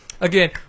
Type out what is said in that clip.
again